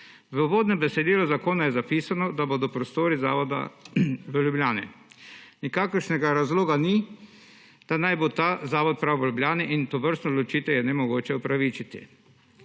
V uvodnem besedilu zakona je zapisano, da bodo prostori zavoda v Ljubljani. Nikakršnega razloga ni, da naj bo ta zakon prav v Ljubljani, in tovrstno odločitev je nemogoče upravičiti.